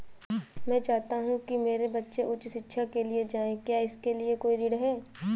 मैं चाहता हूँ कि मेरे बच्चे उच्च शिक्षा के लिए जाएं क्या इसके लिए कोई ऋण है?